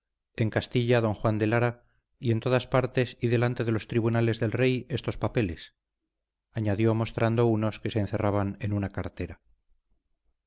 en castilla don juan de lara y en todas partes y delante de los tribunales del rey estos papeles añadió mostrando unos que se encerraban en una cartera